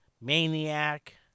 maniac